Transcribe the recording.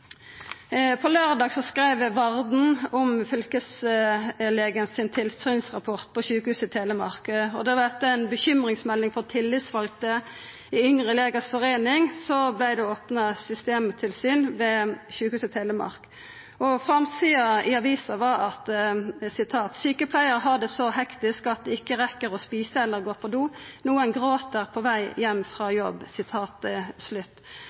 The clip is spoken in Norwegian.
skreiv Varden om Fylkeslegens tilsynsrapport frå Sykehuset Telemark. Det var etter ei bekymringsmelding frå tillitsvalde i Yngre legers forening at det vert opna systemtilsyn ved Sykehuset Telemark. På framsida i avisa stod det: «Sykepleiere har det så hektisk at de ikke rekker å spise eller gå på do. Noen gråter på vei hjem fra